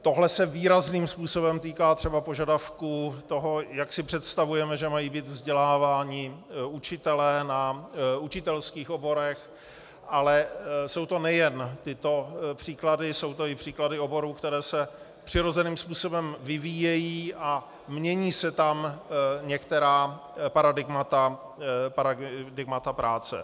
Tohle se výrazným způsobem týká třeba požadavku, jak si představujeme, že mají být vzděláváni učitelé na učitelských oborech, ale jsou to nejen tyto příklady, jsou to i příklady oborů, které se přirozeným způsobem vyvíjejí a mění se tam některá paradigmata práce.